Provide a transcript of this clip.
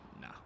nah